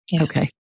Okay